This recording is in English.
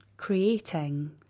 creating